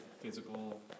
physical